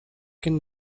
can